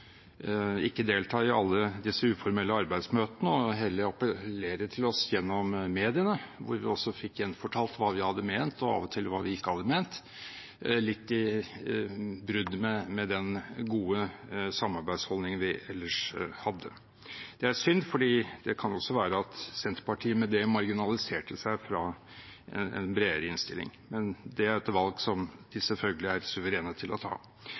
ikke delta i alle de uformelle arbeidsmøtene og heller appellere til oss gjennom mediene, der vi også fikk gjenfortalt hva vi hadde ment, og av og til hva vi ikke hadde ment – litt brudd med den gode samarbeidsholdningen vi ellers hadde. Det er synd, for det kan også være at Senterpartiet med det marginaliserte seg fra en bredere innstilling – men det er et valg som de selvfølgelig er suverene til å ta.